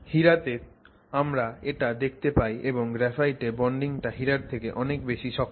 হীরা তে আমরা এটা দেখতে পাই এবং গ্রাফাইটে বন্ডিংটা হীরার থেকে অনেক বেশি শক্ত